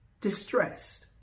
distressed